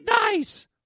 nice